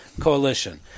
coalition